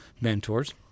mentors